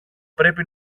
πρέπει